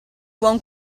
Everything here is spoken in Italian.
buon